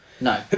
no